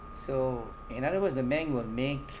so in other words the bank will make